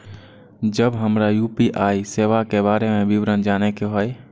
जब हमरा यू.पी.आई सेवा के बारे में विवरण जाने के हाय?